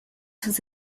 sus